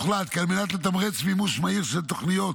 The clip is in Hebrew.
הוחלט כי על מנת לתמרץ מימוש מהיר של תוכניות